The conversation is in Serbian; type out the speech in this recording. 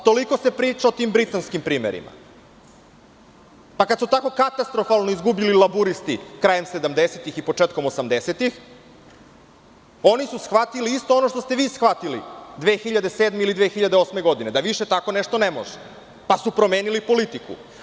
Toliko se priča o tim britanskim primerima, pa kada su tako katastrofalno izgubili laburisti krajem sedamdesetih i početkom osamdesetih oni su shvatili isto ono što ste vi shvatili 2007. ili 2008. godine, da više tako nešto ne može pa su promenili politiku.